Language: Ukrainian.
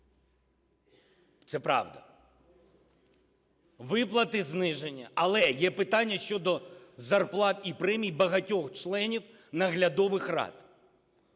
це правда. Виплати знижені. Але є питання щодо зарплат і премій багатьох членів наглядових рад.